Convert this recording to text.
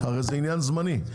הרי זה עניין זמני.